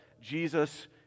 Jesus